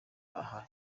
aha